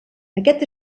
aquest